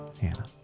Hannah